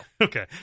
Okay